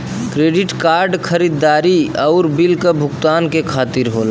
credit card खरीदारी आउर bill क भुगतान के खातिर होला